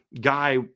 guy